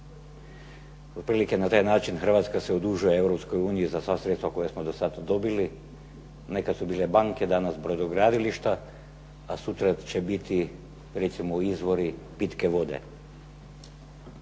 otprilike na taj način Hrvatska se odužuje za sva sredstva koja smo do sada dobili, nekada su bile banke, danas brodogradilišta, a sutra će recimo biti izvori pitke vode.